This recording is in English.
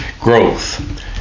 growth